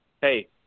Hey